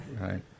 Right